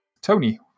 Tony